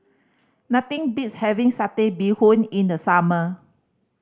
nothing beats having Satay Bee Hoon in the summer